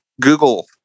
Google